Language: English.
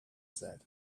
said